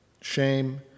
shame